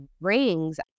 rings